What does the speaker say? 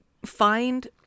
Find